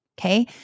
okay